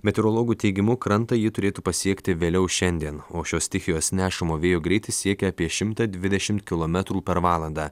meteorologų teigimu krantą ji turėtų pasiekti vėliau šiandien o šios stichijos nešamo vėjo greitis siekia apie šimtą dvidešimt kilometrų per valandą